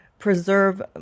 preserve